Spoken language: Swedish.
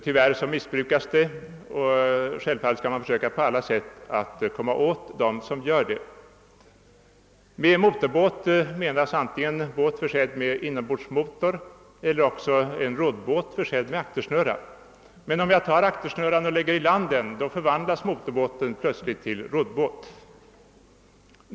Tyvärr förekommer denna form av jakt i alla fall, och man skall givetvis försöka komma åt dem som bedriver den. Med motorbåt menas antingen båt försedd med inombordsmotor eller roddbåt försedd med aktersnurra. Om man lägger aktersnurran i land, förvandlas emellertid motorbåten plötsligt till roddbåt.